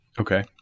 Okay